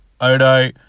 Odo